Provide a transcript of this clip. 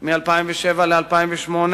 מ-2007 ל-2008,